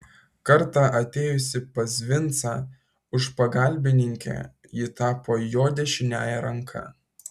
kartą atėjusi pas vincą už pagalbininkę ji tapo jo dešiniąja ranka